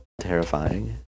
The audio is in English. terrifying